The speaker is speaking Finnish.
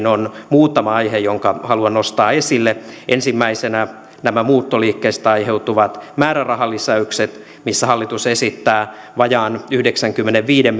on muutama aihe jonka haluan nostaa esille ensimmäisenä nostan nämä muuttoliikkeestä aiheutuvat määrärahalisäykset missä hallitus esittää vajaan yhdeksänkymmenenviiden